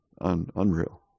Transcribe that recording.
Unreal